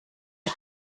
der